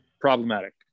problematic